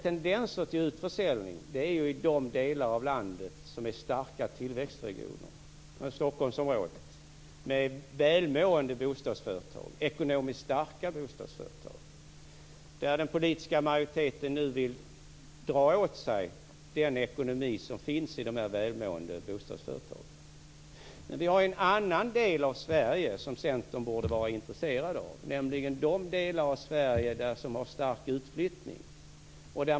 Tendenser till utförsäljning har vi ju sett i de delar av landet som är starka tillväxtregioner. Det är Stockholmsområdet, med välmående och ekonomiskt starka bostadsföretag. Det är där den politiska majoriteten nu vill dra åt sig den ekonomi som finns i de här välmående bostadsföretagen. Men vi har ju andra delar av Sverige, som Centern borde vara intresserat av, nämligen de som har stark utflyttning.